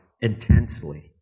intensely